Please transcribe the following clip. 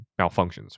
malfunctions